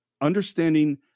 understanding